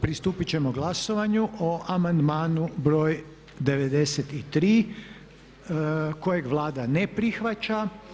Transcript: Pristupit ćemo glasovanju o amandmanu broj 93. kojeg Vlada ne prihvaća.